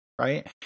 Right